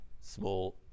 small